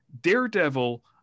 daredevil